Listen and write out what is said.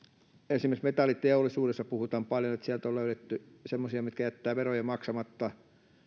esimerkiksi metalliteollisuudesta puhutaan paljon että sieltä on löydetty semmoisia jotka jättävät veroja maksamatta